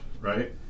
right